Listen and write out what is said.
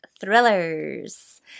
thrillers